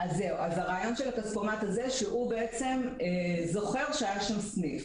הרעיון בכספומטים האלה הוא שהוא בעצם "זוכר" שהיה שם סניף.